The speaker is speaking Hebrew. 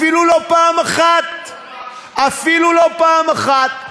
אפילו לא פעם אחת, אפילו לא פעם אחת.